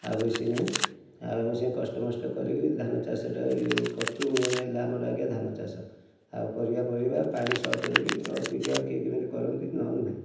ଆଉ ବେଶୀ ନାହିଁ ଆଉ ଆମେ ସେ କଷ୍ଟେମଷ୍ଟେ କରିକି ଧାନ ଚାଷଟା କରିଚୁ ମେନ୍ ହେଲା ଆମର ଆଜ୍ଞା ଧାନ ଚାଷ ଆଉ ପରିବାଫରିବା ପାଣି ଶର୍ଟ ବୋଲି ଅଳ୍ପିକା କିଏ କେମିତି କରନ୍ତି ନହେନେ ନାଇଁ